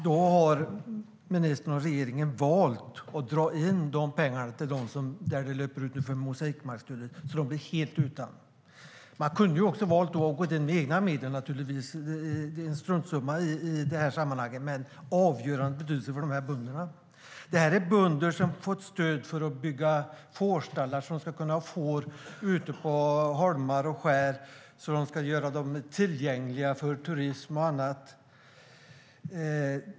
Då har ministern och regeringen valt att dra in pengarna där mosaikbetesmarksstödet nu löper ut, så där blir bönderna helt utan. Man kunde naturligtvis också ha valt att gå in med egna medel - det är en struntsumma i det här sammanhanget, men den är av avgörande betydelse för de här bönderna. Det här är bönder som har fått stöd för att bygga fårstallar för att de ska kunna ha får ute på holmar och skär och därmed göra dessa tillgängliga för turism och annat.